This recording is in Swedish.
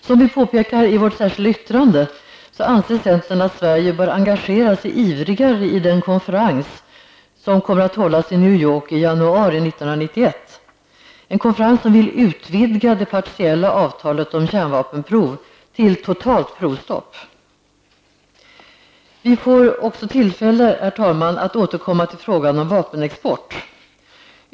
Som vi påpekar i vårt särskilda yttrande anser centern att Sverige bör engagera sig ivrigare i den konferens som kommer att hållas i New York i januari 1991 i syfte att utvidga det partiella avtalet om kärnvapenprov till totalt provstopp. Vi får tillfälle, herr talman, att återkomma till frågan om vapenexport.